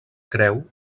creu